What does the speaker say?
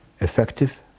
effective